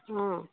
অঁ